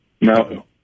No